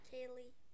Kaylee